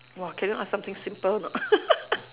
!wah! can you ask something simple or not